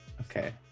Okay